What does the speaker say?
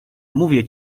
mówię